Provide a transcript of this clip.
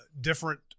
different